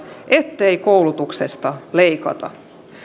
ettei koulutuksesta leikata